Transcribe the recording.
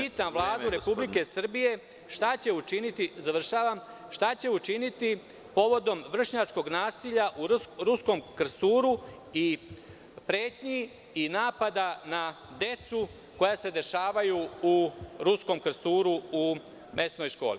Pitam Vladu Republike Srbije šta će učiniti povodom vršnjačkog nasilja u Ruskom Krsturu i pretnji i napada na decu koja se dešavaju u Ruskom Krsturu u mesnoj školi?